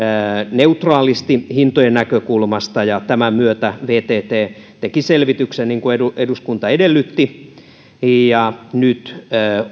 neutraalisti hintojen näkökulmasta ja tämän myötä vtt teki selvityksen niin kuin eduskunta edellytti ja nyt